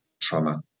trauma